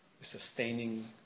Sustaining